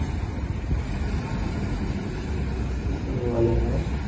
खेलने वाले हैं